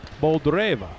Boldreva